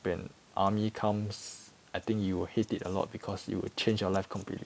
when army comes I think you will hate it a lot because it will change your life completely